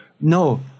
No